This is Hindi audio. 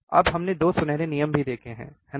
अब हमने 2 सुनहरे नियम भी देखे हैं है ना